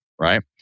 right